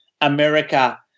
America